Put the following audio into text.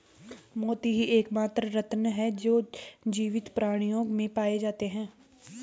मोती ही एकमात्र रत्न है जो जीवित प्राणियों में पाए जाते है